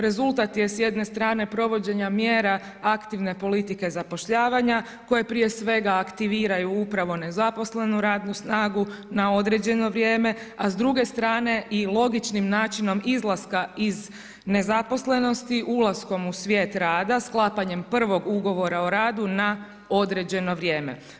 Rezultat je, s jedne strane provođenja mjera aktivne politike zapošljavanja koje prije svega, aktiviraju upravo nezaposlenu radnu snagu na određeno vrijeme, a s druge strane i logičnim načinom izlaska iz nezaposlenosti, ulaskom u svijet rada, sklapanjem prvog ugovora o radu na određeno vrijeme.